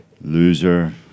loser